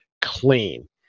CLEAN